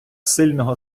сильного